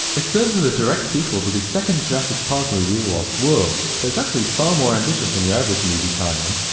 it serves as a direct sequel to the second jurassic park movie, the lost world, but it's actually far more ambitious than your average movie tie-in.